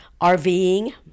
RVing